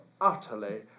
utterly